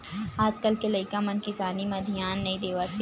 आज कल के लइका मन किसानी म धियान नइ देवत हे